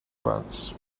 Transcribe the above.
ones